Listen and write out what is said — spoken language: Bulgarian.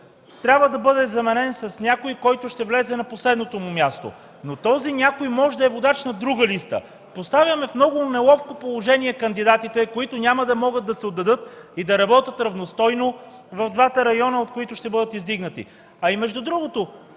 трябва да бъде заменен с някой, който ще влезе на последното му място, но този някой може да е водач на друга листа. Поставяме в много неловко положение кандидатите, които няма да могат да се отдадат, да работят равностойно в двата района, от които ще бъдат издигнати. Между другото,